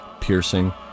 piercing